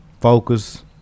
Focus